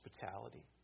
hospitality